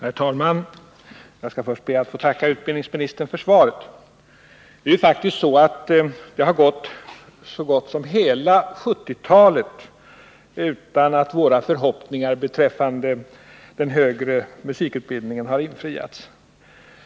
Herr talman! Jag skall först be att få tacka utbildningsministern för svaret. Det är faktiskt så, att så gott som hela 1970-talet har gått utan att Påra förhoppningar beträffande den högre musikutbildningen har infriats.